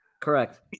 Correct